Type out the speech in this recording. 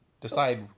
decide